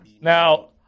Now